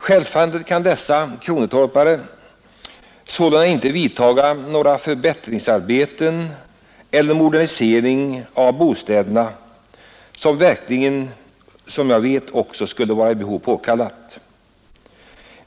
Självfallet kan inte sådana kronotorpare vidtaga några förbättringsarbeten eller någon modernisering av bostäderna, som jag vet skulle vara av behovet påkallad.